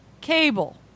Cable